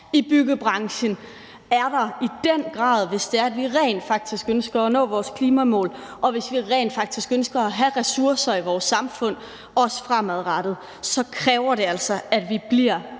i byggebranchen, i den grad er der. Hvis vi rent faktisk ønsker at nå vores klimamål, og hvis vi rent faktisk ønsker at have ressourcer i vores samfund, også fremadrettet, kræver det altså, at vi bliver